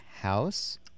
house